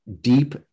deep